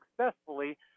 successfully